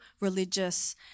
religious